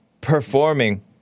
performing